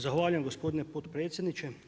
Zahvaljujem gospodine potpredsjedniče.